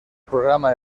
programa